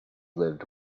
lived